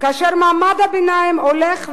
כאשר מעמד הביניים הולך ונעלם?